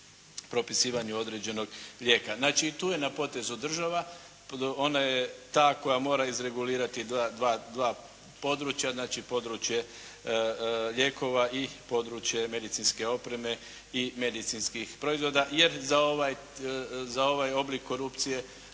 propisivanju određenog lijeka. Znači i tu je na potezu država. Ona je ta koja mora izregulirati dva područja, znači područje lijekova i područje medicinske opreme i medicinskih proizvoda, jer za ovaj oblik korupcije